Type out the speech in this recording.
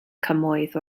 cymoedd